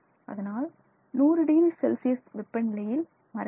அதனால் 100 degree Celsius வெப்பநிலையில் மறையாது